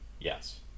yes